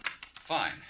Fine